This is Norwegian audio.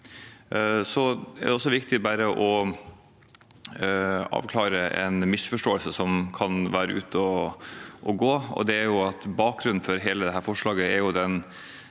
Det er viktig å avklare en misforståelse som kan være ute og gå. Bakgrunnen for hele dette